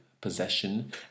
possession